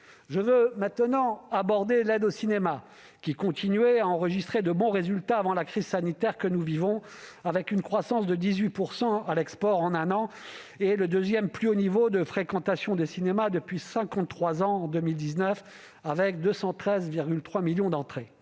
Je veux maintenant aborder l'aide au cinéma, qui continuait à enregistrer de bons résultats avant la crise sanitaire, avec une croissance de 18 % à l'export en un an, et le deuxième plus haut niveau de fréquentation des cinémas depuis cinquante-trois ans en 2019, avec 213,3 millions d'entrées.